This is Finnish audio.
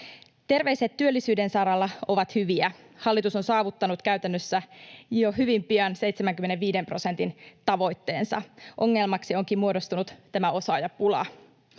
Terveiset työllisyyden saralla ovat hyviä. Hallitus on saavuttanut käytännössä jo hyvin pian 75 prosentin tavoitteensa. Ongelmaksi onkin muodostunut osaajapula.